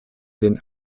den